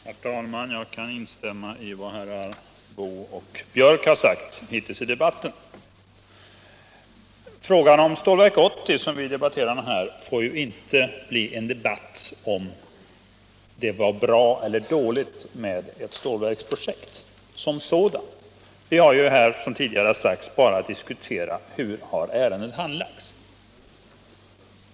Herr talman! Jag kan instämma i vad herrar Boo och Björck i Nässjö nyss har sagt. Debatten om Stålverk 80, som vi nu för, får ju inte bli en debatt om huruvida det var bra eller dåligt med ett stålverksprojekt som sådant. Vi har, som tidigare sagts, bara att diskutera: Hur har ärendet handlagts?